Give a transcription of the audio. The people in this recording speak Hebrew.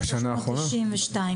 מורים.